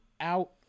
out